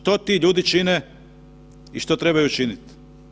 Što ti ljudi čine i što trebaju činiti?